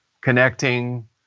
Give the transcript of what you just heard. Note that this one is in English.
connecting